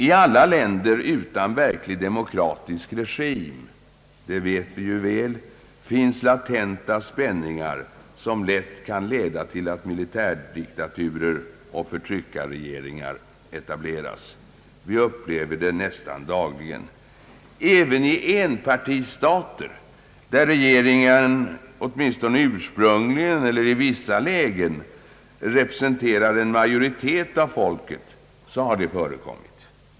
I alla länder utan verklig demokratisk regim vet vi mycket väl att det finns latenta spänningar, som lätt kan leda till att militärdiktaturer och förtryckarregeringar etableras. Vi upplever det nästan dagligen. Även i enpartistater, där regeringen åtminstone ursprungligen eller i vissa lägen representerat en majoritet av folket, har det förekommit.